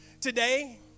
Today